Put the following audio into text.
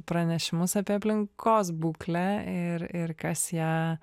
pranešimus apie aplinkos būklę ir ir kas ją